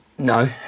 No